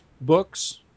books